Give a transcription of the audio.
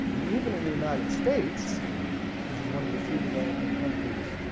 and even in the united states which is one of the few developing countries